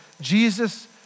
Jesus